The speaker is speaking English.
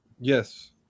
yes